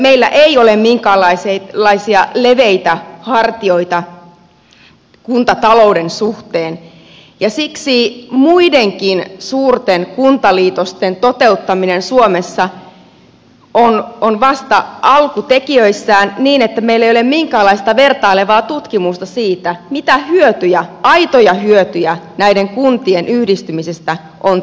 meillä ei ole minkäänlaisia leveitä hartioita kuntatalouden suhteen ja siksi muidenkin suurten kuntaliitosten toteuttaminen suomessa on vasta alkutekijöissään niin että meillä ei ole minkäänlaista vertailevaa tutkimusta siitä mitä hyötyjä aitoja hyötyjä näiden kuntien yhdistymisestä on tapahtunut